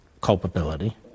culpability